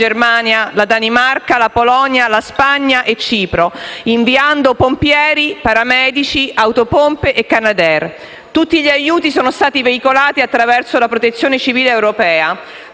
la Danimarca, la Polonia, la Spagna e Cipro, inviando pompieri, paramedici, autopompe e Canadair. Tutti gli aiuti sono stati veicolati attraverso la Protezione civile europea.